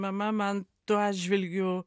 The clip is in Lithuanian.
mama man tuo atžvilgiu